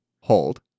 Hold